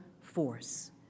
force